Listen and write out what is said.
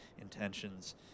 intentions